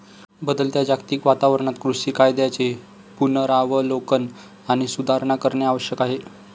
बदलत्या जागतिक वातावरणात कृषी कायद्यांचे पुनरावलोकन आणि सुधारणा करणे आवश्यक आहे